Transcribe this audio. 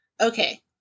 okay